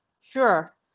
Sure